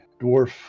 dwarf